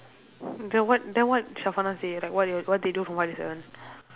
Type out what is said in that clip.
then what then what say like what you all what they do from five to seven